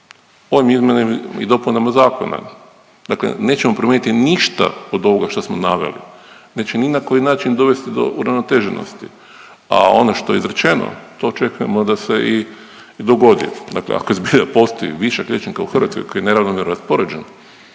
Ovim izmjenama i dopunama zakona, dakle nećemo promijeniti ništa od ovoga što smo naveli, neće ni na koji način dovesti do uravnoteženosti, a ono što je izrečeno to očekujemo da se i dogodi. Dakle ako zbilja postoji višak liječnika u Hrvatskoj koji je neravnomjerno raspoređen,